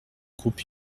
groupe